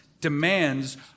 demands